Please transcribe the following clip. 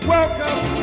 Welcome